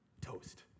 toast